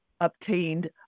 obtained